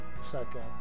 second